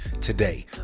today